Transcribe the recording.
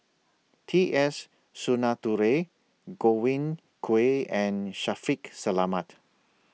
T S Sinnathuray Godwin Koay and Shaffiq Selamat